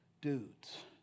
dudes